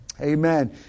Amen